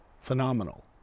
phenomenal